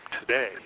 today